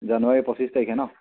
জানুৱীৰ পঁচিছ তাৰিখে ন